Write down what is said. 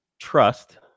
trust